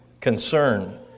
concern